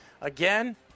again